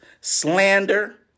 slander